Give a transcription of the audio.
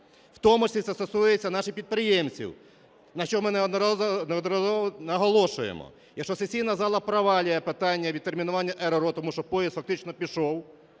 В тому числі це стосується наших підприємців, на чому ми неодноразово наголошуємо. Якщо сесійна зала провалює питання відтермінування РРО, тому що поїзд фактично пішов,